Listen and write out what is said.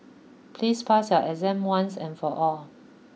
please pass your exam once and for all